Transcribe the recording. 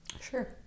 sure